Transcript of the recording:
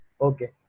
okay